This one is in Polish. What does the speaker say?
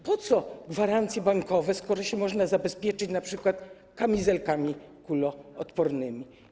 Po co gwarancje bankowe, skoro można się zabezpieczyć np. kamizelkami kuloodpornymi?